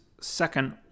Second